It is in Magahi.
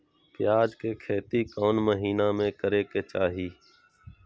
प्याज के खेती कौन महीना में करेके चाही?